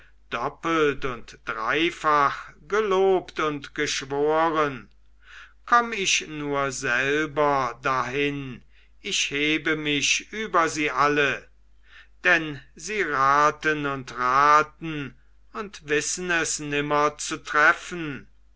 doppelt und dreifach gelobt und geschworen komm ich nur selber dahin ich hebe mich über sie alle denn sie raten und raten und wissen es nimmer zu treffen